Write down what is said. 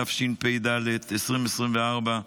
התשפ"ד 2024,